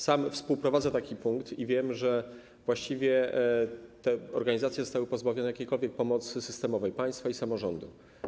Sam współprowadzę taki punkt i wiem, że właściwie te organizacje zostały pozbawione jakiejkolwiek pomocy systemowej państwa i samorządu.